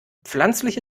pflanzliche